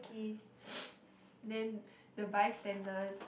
then the by standers